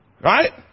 Right